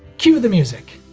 cue the music!